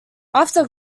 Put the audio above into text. after